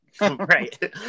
Right